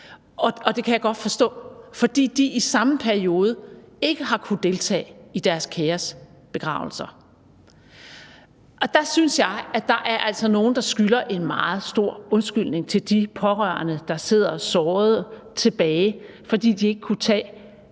og det kan jeg godt forstå, fordi de i samme periode ikke har kunnet deltage i deres kæres begravelser. Der synes jeg, at der altså er nogen, der skylder en meget stor undskyldning til de pårørende, der sidder sårede tilbage, fordi de ikke kunne tage